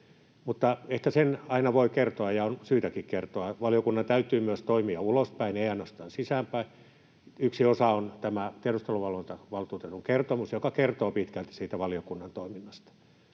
Mutta ehkä sen voi aina kertoa ja on syytäkin kertoa... Valiokunnan täytyy toimia myös ulospäin, ei ainoastaan sisäänpäin. Yksi osa on tämä tiedusteluvalvontavaltuutetun kertomus, joka kertoo pitkälti siitä valiokunnan toiminnasta.